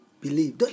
Believe